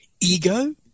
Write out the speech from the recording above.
ego